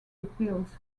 appeals